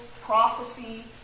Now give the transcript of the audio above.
prophecy